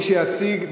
מי שיציג,